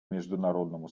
международному